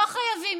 לא חייבים.